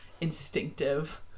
instinctive